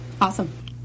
Awesome